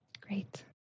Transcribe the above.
Great